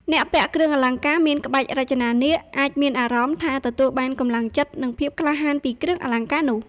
អ្នកពាក់គ្រឿងអលង្ការមានក្បាច់រចនានាគ អាចមានអារម្មណ៍ថាទទួលបានកម្លាំងចិត្ត និងភាពក្លាហានពីគ្រឿងអលង្ការនោះ។